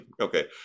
Okay